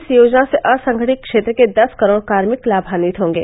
इस योजना से असंगठित क्षेत्र के दस करोड़ कार्मिक लाभान्वित होंगे